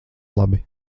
labi